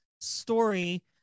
story